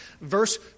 verse